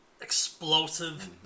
explosive